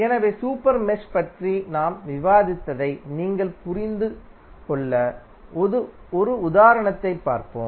எனவே super mesh பற்றி நாம் விவாதித்ததை நீங்கள் புரிந்துகொள்ள ஒரு உதாரணத்தைப் பார்ப்போம்